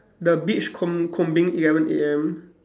the beach comb~ combing eleven A_M